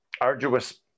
arduous